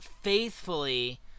faithfully